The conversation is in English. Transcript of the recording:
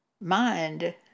mind